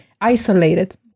isolated